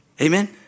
Amen